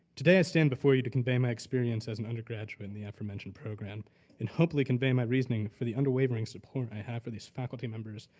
today, i stand before you to convey my experience as an undergraduate in the aforementioned program and hopefully convey my reasoning for the unwavering support i have for this faculty members,